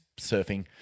surfing